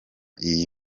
iyi